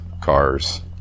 cars